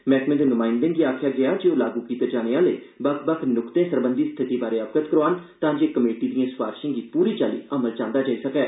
मैहकमें दे नुमाइंदें गी आखेआ गेआ जे ओह् लागू कीते जाने आहले बक्ख बक्ख नुक्ते सरबंधी स्थिति बारे अवगत करोआन तांजे कमेटी दिएं सफारशें गी पूरी चाल्ली अमल च आंदा जाई सकै